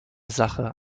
sache